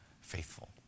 faithful